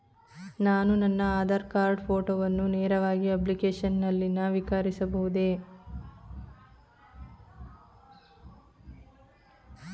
ನಾನು ನನ್ನ ಆಧಾರ್ ಕಾರ್ಡ್ ಫೋಟೋವನ್ನು ನೇರವಾಗಿ ಅಪ್ಲಿಕೇಶನ್ ನಲ್ಲಿ ನವೀಕರಿಸಬಹುದೇ?